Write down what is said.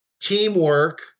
teamwork